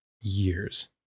years